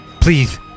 Please